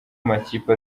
amakipe